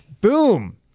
Boom